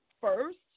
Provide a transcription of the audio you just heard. first